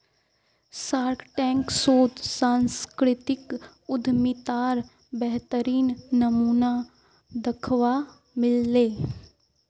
Shark Tank शोत सांस्कृतिक उद्यमितार बेहतरीन नमूना दखवा मिल ले